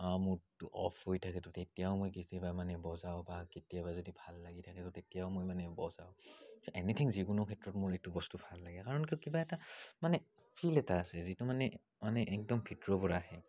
মুডটো off হৈ থাকে তেতিয়াও মই কেতিয়াবা মানে বজাওঁ বা কেতিয়াবা যদি ভাল লাগি থাকে তেতিয়াও মই মানে বজাওঁ এনিথিং যিকোনো ক্ষেত্ৰত মোৰ এইটো বস্তু ভাল লাগে কাৰণ কিয় কিবা এটা মানে ফিল এটা আছে যিটো মানে মানে একদম ভিতৰৰ পৰা আহে